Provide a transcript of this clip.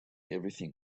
everything